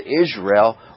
Israel